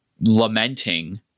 lamenting